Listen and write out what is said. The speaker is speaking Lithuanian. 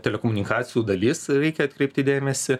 telekomunikacijų dalis reikia atkreipti dėmesį